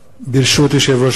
ברשות יושב-ראש הישיבה,